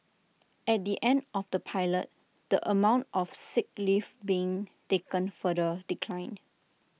at the end of the pilot the amount of sick leave being taken further declined